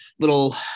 Little